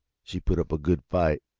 she put up a good fight,